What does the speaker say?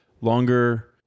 longer